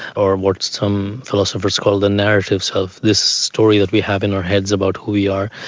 or what some philosophers call the narrative self, this story that we have in our heads about who we are,